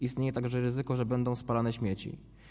Istnieje także ryzyko, że będą spalane śmieci.